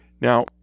Now